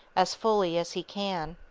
as fully as he can.